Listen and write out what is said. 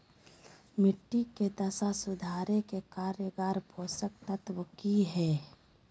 मिट्टी के दशा सुधारे के कारगर पोषक तत्व की है?